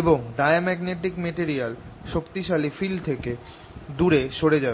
এবং একটা diamagnetic material শক্তিশালি ফিল্ড থেকে দুরে সরে যাবে